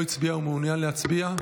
לא הצביע ומעוניין להצביע?